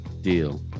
deal